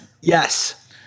Yes